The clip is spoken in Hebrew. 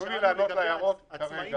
תנו לי לענות להערות שהושמעו.